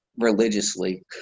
religiously